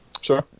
Sure